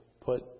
put